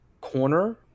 corner